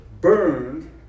burned